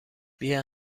بیا